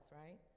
right